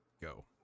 Go